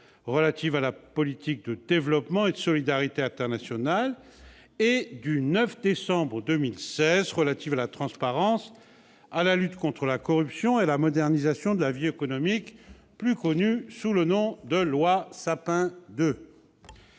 relative à la politique de développement et de solidarité internationale et du 9 décembre 2016 relative à la transparence, à la lutte contre la corruption et à la modernisation de la vie économique, plus connue sous le nom de loi Sapin II.